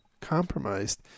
compromised